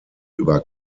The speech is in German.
über